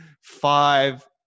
five